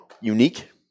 unique